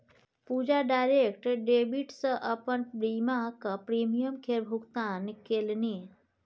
पूजा direct debit सँ अपन बीमाक प्रीमियम केर भुगतान केलनि